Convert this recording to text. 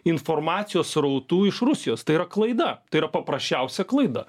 informacijos srautų iš rusijos tai yra klaida tai yra paprasčiausia klaida